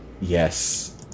Yes